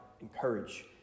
encourage